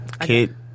Kid